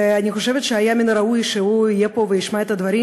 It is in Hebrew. אני חושבת שהיה מן הראוי שהוא יהיה פה וישמע את הדברים.